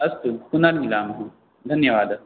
अस्तु पुनर्मिलामः धन्यवादः